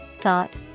thought